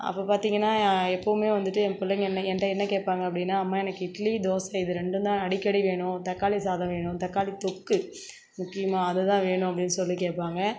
அப்புறம் பார்த்தீங்கனா எப்போவுமே வந்துட்டு ஏன் பிள்ளைங்க என்ன என்கிட்ட என்ன கேட்பாங்க அப்படின்னா அம்மா எனக்கு இட்லி தோசை இது ரெண்டும் தான் அடிக்கடி வேணும் தக்காளி சாதம் வேணும் தக்காளி தொக்கு முக்கியமாக அது தான் வேணும் அப்படினு சொல்லி கேட்பாங்க